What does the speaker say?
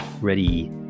Ready